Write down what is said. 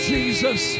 Jesus